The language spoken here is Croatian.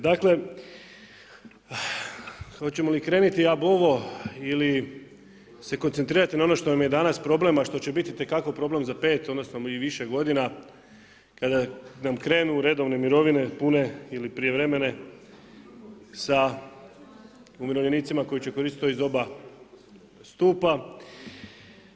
Dakle hoćemo li krenuti … ili se koncentrirati na ono što nam je danas problem, a što će biti itekako problem za pet odnosno i više godina kada nam krenu redovne mirovine pune ili prijevremene sa umirovljenicima koji će koristiti to iz oba stupa.